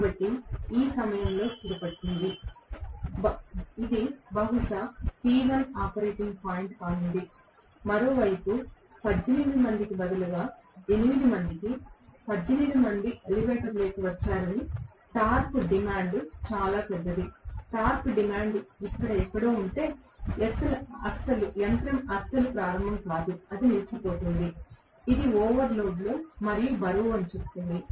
కాబట్టి ఇది ఈ సమయంలో స్థిరపడుతుంది ఇది బహుశా P1 ఆపరేటింగ్ పాయింట్ కానుంది మరోవైపు 18 మందికి బదులుగా 8 మందికి 18 మంది ఎలివేటర్లోకి వచ్చారని టార్క్ డిమాండ్ చాలా పెద్దది టార్క్ డిమాండ్ ఇక్కడ ఎక్కడో ఉంటే యంత్రం అస్సలు ప్రారంభం కాదు అది నిలిచిపోతుంది ఇది ఓవర్లోడ్ మరియు బరువు అని చెబుతుంది